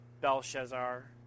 Belshazzar